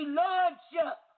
lordship